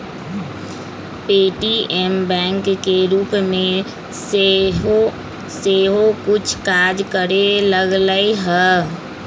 Paytm bank के रूप में सेहो कुछ काज करे लगलै ह